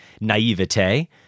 naivete